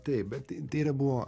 taip bet tai yra buvo